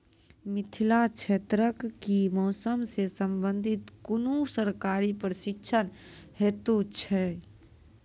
मिथिला क्षेत्रक कि मौसम से संबंधित कुनू सरकारी प्रशिक्षण हेतु छै?